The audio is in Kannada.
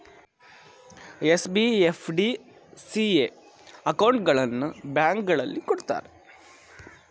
ಎಸ್.ಬಿ, ಎಫ್.ಡಿ, ಸಿ.ಎ ಬ್ಯಾಂಕ್ ಅಕೌಂಟ್ಗಳನ್ನು ಬ್ಯಾಂಕ್ಗಳಲ್ಲಿ ಕೊಡುತ್ತಾರೆ